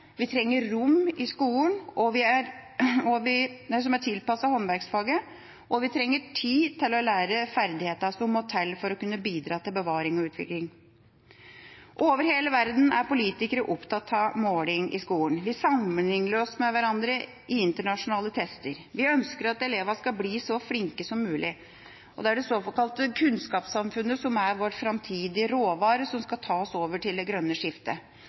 vi trenger rom i skolen som er tilpasset håndverksfaget, og vi trenger tid til å lære ferdighetene som må til for å kunne bidra til bevaring og utvikling. Over hele verden er politikere opptatt av måling i skolen. Vi sammenligner oss med hverandre i internasjonale tester. Vi ønsker at elevene skal bli så flinke som mulig. Det er det såkalte kunnskapssamfunnet som er vår framtidige råvare som skal ta oss over til det grønne skiftet.